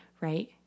right